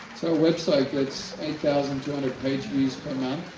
website gets eight thousand two hundred page views per month.